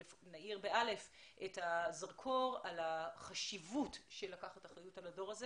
את הזרקור על החשיבות של לקיחת אחריות על הדור הזה